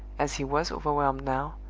as he was overwhelmed now,